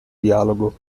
dialogo